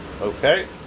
Okay